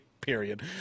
period